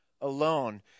alone